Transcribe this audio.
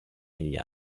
negli